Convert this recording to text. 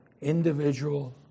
individual